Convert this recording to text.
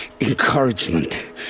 encouragement